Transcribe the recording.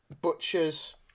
butchers